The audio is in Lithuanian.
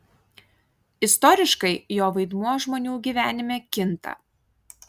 istoriškai jo vaidmuo žmonių gyvenime kinta